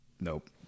nope